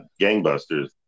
Gangbusters